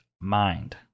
mind